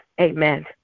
Amen